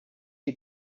you